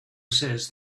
says